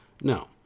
No